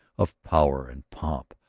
of power and pomp,